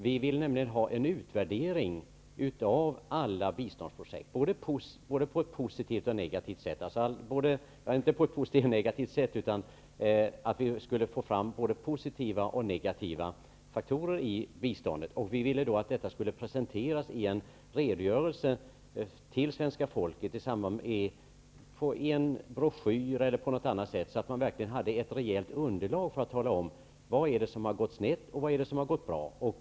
Vi vill ha till stånd en utvärdering av alla biståndsprojekt, där man tar fram både positiva och negativa faktorer i biståndet. Denna redogörelse skulle då presenteras för svenska folket i form av t.ex. en broschyr, så att man verkligen hade ett rejält underlag för att kunna ange vad som har gått snett och vad som har gått bra.